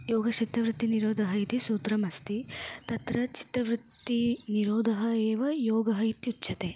योगश्चित्तवृत्तिनिरोधः इति सूत्रमस्ति तत्र चित्तवृत्तिनिरोधः एव योगः इत्युच्यते